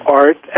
art